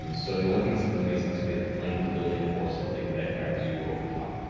um so the only things that really make sense would be either flanking the building or something that guides you over top.